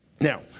Now